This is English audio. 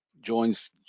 joins